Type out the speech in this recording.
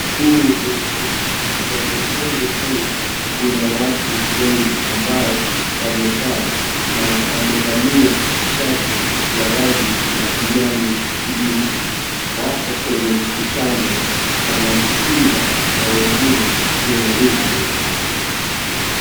Huu ni ukumbi. Kwenye ukumbi huu kuna watu wengi ambao wamekaa na wamevalia shati ya rangi ya kijani kibichi. Wapo kwenye mkutano wanasikiza na wengine kuandika.